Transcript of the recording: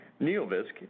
NeoVisc